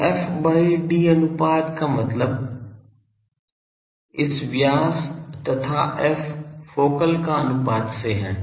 तो f by d अनुपात का मतलब इस व्यास तथा f फोकल का अनुपात से है